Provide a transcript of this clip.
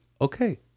Okay